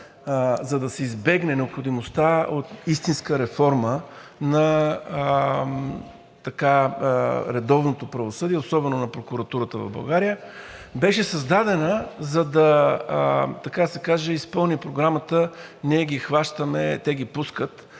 за да се избегне необходимостта от истинска реформа на редовното правосъдие, особено на прокуратурата в България. Беше създадена, така да се каже, за да изпълни програмата – ние ги хващаме, те ги пускат,